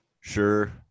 Sure